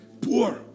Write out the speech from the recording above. poor